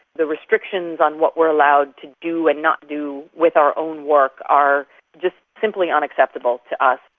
the restrictions on what we're allowed to do and not do with our own work are just simply unacceptable to us.